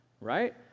right